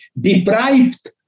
deprived